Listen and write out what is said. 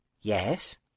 Yes